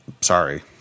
sorry